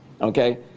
okay